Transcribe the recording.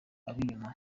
ab’inyuma